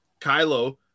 Kylo